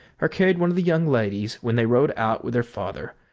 or carried one of the young ladies when they rode out with their father,